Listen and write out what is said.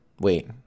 Wait